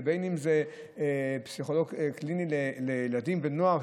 ובין אם זה לפסיכולוג קליני לילדים ונוער,